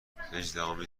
هجدهمین